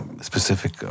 specific